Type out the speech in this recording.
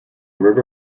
river